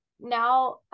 now